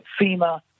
FEMA